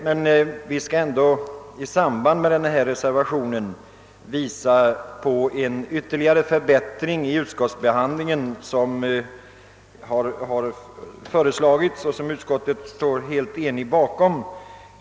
I samband med reservationen kan vi emellertid visa på en ytterligare förbättring som föreslagits vid utskottsbehandlingen och som utskottet står helt enigt bakom.